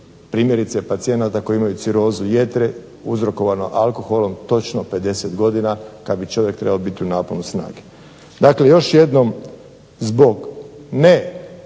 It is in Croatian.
primjerice pacijenata koji imaju cirozu jetre uzrokovana alkoholom točno 50 godina kad bi čovjek trebao biti u naponu snagu. Dakle još jednom, zbog